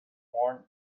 horn